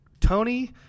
Tony